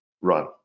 run